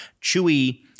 Chewy